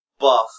Buff